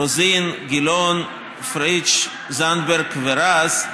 רוזין, גילאון, פריג', זנדברג ורז,